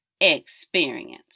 experience